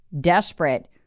desperate